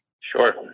Sure